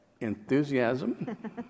enthusiasm